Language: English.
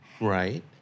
Right